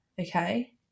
okay